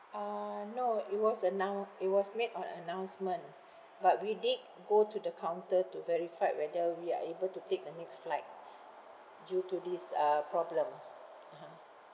uh no it was announ~ it was made on announcement but we did go to the counter to verified whether we are able to take the next flight due to this uh problem (uh huh)